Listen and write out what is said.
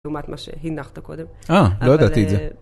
לעומת מה שהנחת קודם. אה, לא ידעתי את זה.